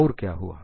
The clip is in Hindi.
और क्या हुआ